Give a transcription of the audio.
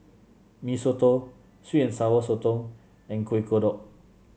Mee Soto sweet and Sour Sotong and Kuih Kodok